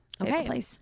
Okay